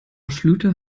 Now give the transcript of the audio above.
schlüter